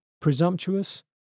presumptuous